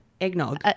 Eggnog